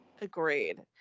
Agreed